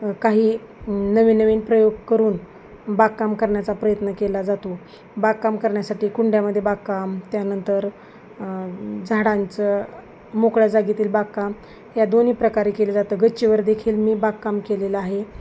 काही नवीनवीन प्रयोग करून बागकाम करण्याचा प्रयत्न केला जातो बागकाम करण्यासाठी कुंड्यामध्ये बागकाम त्यानंतर झाडांचं मोकळ्या जागेतील बागकाम या दोन्ही प्रकारे केले जातं गच्चीवरदेखील मी बागकाम केलेलं आहे